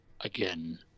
again